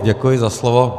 Děkuji za slovo.